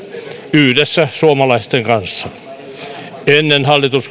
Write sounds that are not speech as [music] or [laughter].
yhdessä suomalaisten kanssa edellinen hallitus [unintelligible]